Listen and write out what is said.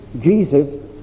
Jesus